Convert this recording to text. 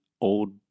Old